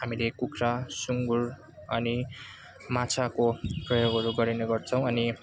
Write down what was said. हामीले कुखुरा सुँगुर अनि माछाको प्रयोगहरू गरिने गर्छौँ अनि